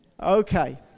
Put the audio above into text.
Okay